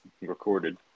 recorded